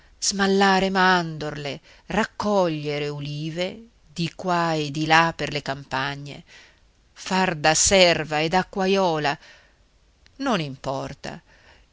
smallare mandorle raccogliere ulive di qua e di là per le campagne far da serva e da acquajola non importa